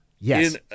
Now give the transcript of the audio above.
Yes